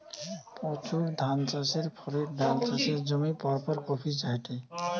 প্রচুর ধানচাষের ফলে ডাল চাষের জমি পরপর কমি জায়ঠে